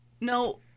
No